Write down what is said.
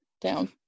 down